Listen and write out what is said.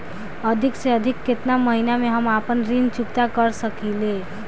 अधिक से अधिक केतना महीना में हम आपन ऋण चुकता कर सकी ले?